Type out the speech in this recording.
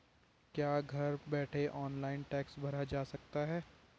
क्या घर बैठे ऑनलाइन टैक्स भरा जा सकता है?